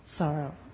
Sorrow